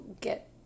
get